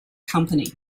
company